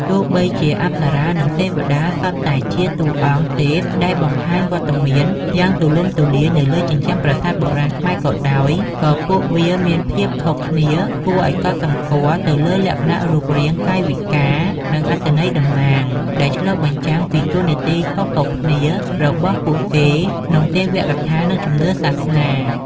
ទោះបីជា អប្សរា និង ទេវតា សុទ្ធតែជាតួអង្គទេពដែលបង្ហាញវត្តមានយ៉ាងទូលំទូលាយនៅលើជញ្ជាំងប្រាសាទបុរាណខ្មែរក៏ដោយ ក៏ពួកវាមានភាពខុសគ្នាគួរឲ្យកត់សម្គាល់ទៅលើលក្ខណៈរូបរាង កាយវិការ និងអត្ថន័យតំណាង ដែលឆ្លុះបញ្ចាំងពីតួនាទីខុសៗគ្នារបស់ពួកគេក្នុងទេវកថា និងជំនឿសាសនា។